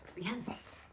Yes